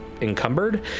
encumbered